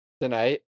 tonight